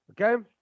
Okay